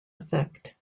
effect